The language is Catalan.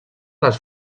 les